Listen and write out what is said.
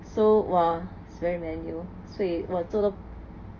so !wah! is very manual 所以我做到